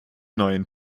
neuen